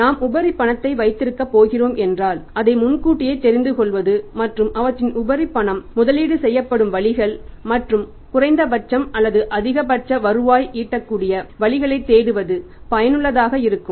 நாம் உபரி பணத்தை வைத்திருக்கப் போகிறோம் என்றால் அதை முன்கூட்டியே தெரிந்து கொள்வது மற்றும் அவற்றின் உபரி பணம் முதலீடு செய்யப்படும் வழிகள் மற்றும் குறைந்தபட்சம் அல்லது அதிகபட்ச வருவாய் ஈட்டக்கூடிய வழிகளைத் தேடுவது பயனுள்ளதாக இருக்கும்